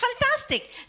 fantastic